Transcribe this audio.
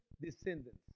descendants